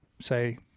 say